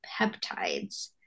peptides